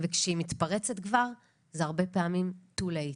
וכשהיא מתפרצת כבר זה הרבה פעמים too late.